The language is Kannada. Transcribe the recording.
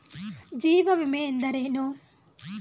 ಜೀವ ವಿಮೆ ಎಂದರೇನು?